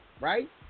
right